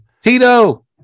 Tito